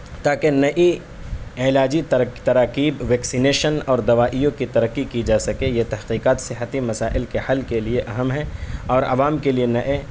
تاکہ نئی علاجی تراکیب ویکسنیشن اور دوائیوں کی ترقی کی جا سکے یہ تحقیقات صحتی مسائل کے حل کے لیے اہم ہیں اور عوام کے لیے نئے